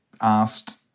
asked